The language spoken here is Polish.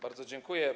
Bardzo dziękuję.